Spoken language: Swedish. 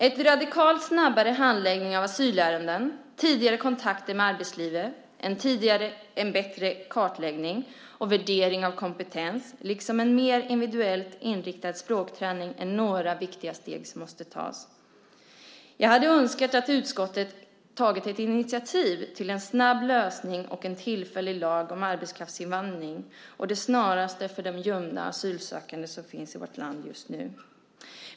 En radikalt snabbare handläggning av asylärenden, tidigare kontakter med arbetslivet och en tidigare och bättre kartläggning och värdering av kompetens liksom en mer individuellt inriktad språkträning är några viktiga steg som måste tas. Jag hade önskat att utskottet skulle ta initiativ till en snabb lösning och en tillfällig lag om arbetskraftsinvandring å det snaraste för de gömda asylsökande som finns i vårt land just nu.